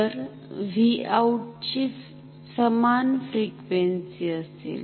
तर V out ची समान फ्रिक्वेंसि असेल